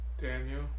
Daniel